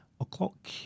o'clock